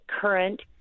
current